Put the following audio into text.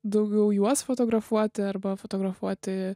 daugiau juos fotografuoti arba fotografuoti